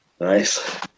Nice